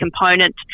component